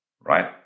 right